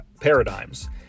paradigms